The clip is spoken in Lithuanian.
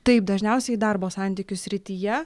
taip dažniausiai darbo santykių srityje